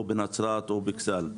בנצרת או באכסאל.